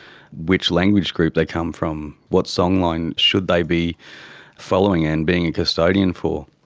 which language group they come from, what songline should they be following and being a custodian for.